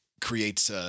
creates